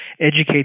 educate